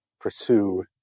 pursue